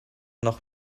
nach